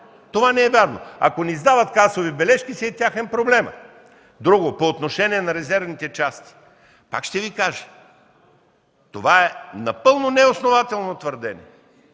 Това не е вярно! Ако не издават касови бележки, проблемът си е техен. По отношение на резервните части. Пак ще Ви кажа, това е напълно неоснователно твърдение.